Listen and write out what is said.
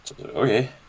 Okay